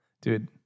Dude